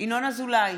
ינון אזולאי,